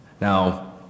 Now